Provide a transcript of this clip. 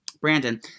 brandon